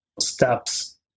steps